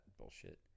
bullshit